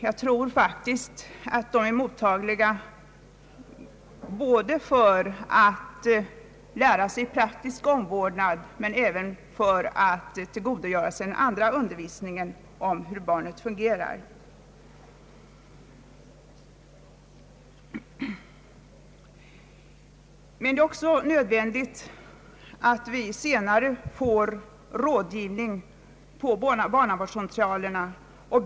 Jag tror faktiskt att föräldrarna är intresserade både av att lära sig praktisk omvårdnad och av att tillgodogöra sig undervisning om hur barnet fungerar psykiskt. Det är också nödvändigt att vi får rådgivning på barnavårdscentralerna.